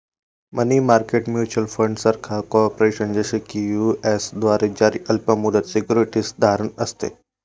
मनी market mutual fund सरकार, corporation, जसे की यू.एस द्वारे जारी अल्प मुदत सिक्युरिटीज धारण असते